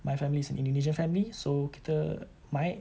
my family's is an indonesian family so kita my